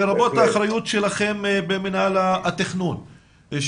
לרבות האחריות שלכם במנהל התכנון.